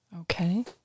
Okay